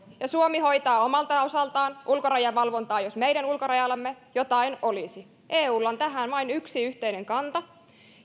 ja suomi hoitaa omalta osaltaan ulkorajavalvontaa jos meidän ulkorajallamme jotain olisi eulla on tähän vain yksi yhteinen kanta